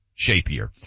Shapier